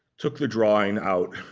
took the drawing out,